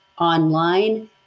online